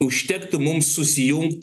užtektų mum susijungt